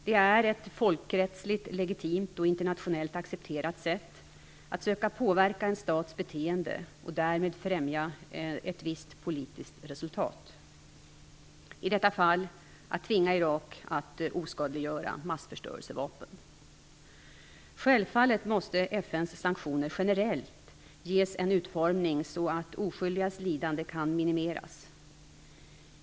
Det är ett folkrättsligt legitimt och internationellt accepterat sätt att söka påverka en stats beteende och därmed främja ett visst politiskt resultat, i detta fall att tvinga Irak att oskadliggöra massförstörelsevapen. Självfallet måste FN:s sanktioner generellt ges en utformning så att oskyldigas lidande kan minimeras.